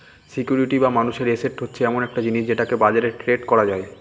security বা মানুষের asset হচ্ছে এমন একটা জিনিস যেটাকে বাজারে ট্রেড করা যায়